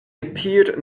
appeared